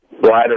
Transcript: bladder